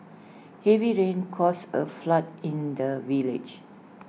heavy rains caused A flood in the village